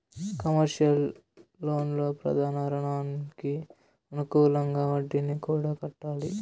commercial లోన్లు ప్రధాన రుణంకి అనుకూలంగా వడ్డీని కూడా కట్టాలి